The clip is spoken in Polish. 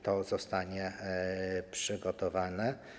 To zostanie przygotowane.